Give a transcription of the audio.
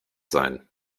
sein